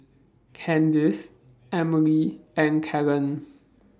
Candyce Emelie and Kellen